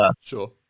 sure